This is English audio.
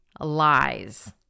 lies